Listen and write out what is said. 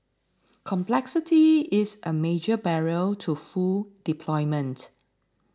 complexity is a major barrier to full deployment